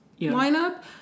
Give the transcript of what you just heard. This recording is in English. lineup